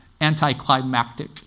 anticlimactic